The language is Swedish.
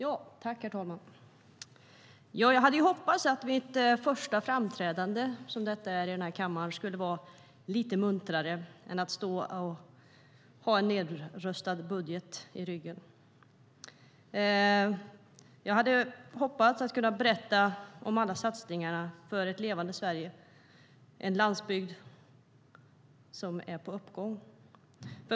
Herr talman! Jag hade hoppats att mitt första framträdande i kammaren, som detta är, skulle vara lite muntrare än att jag skulle stå här och ha en nedröstad budget i ryggen. Jag hade hoppats på att kunna berätta om alla satsningar för ett levande Sverige och om en landsbygd som är på uppgång.